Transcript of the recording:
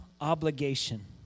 obligation